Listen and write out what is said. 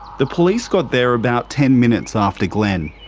the police got there about ten minutes after glenn.